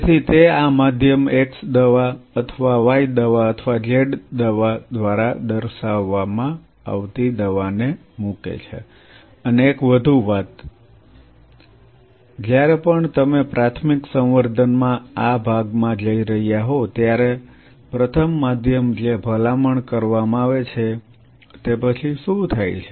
તેથી તે આ માધ્યમમાં x દવા અથવા y દવા અથવા z દવા દ્વારા દર્શાવવામાં આવતી દવાને મૂકે છે અને એક વધુ વાત જ્યારે પણ તમે પ્રાથમિક સંવર્ધન માં આ ભાગમાં જઈ રહ્યા હોવ ત્યારે પ્રથમ માધ્યમ જે ભલામણ કરવામાં આવે છે તે પછી શું થાય છે